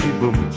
boom